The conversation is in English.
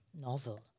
novel